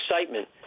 excitement